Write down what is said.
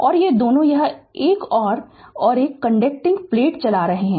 और ये दोनों यह एक और यह एक ये दोनों कनडकटिंग प्लेट चला रहे हैं